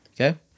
Okay